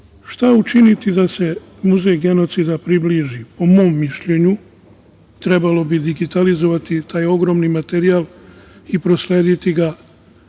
učiniti da se muzej genocida približi? Po mom mišljenju, trebalo bi digitalizovati taj ogromni materijal i proslediti ga